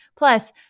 Plus